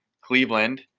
Cleveland